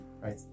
right